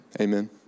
Amen